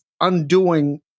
undoing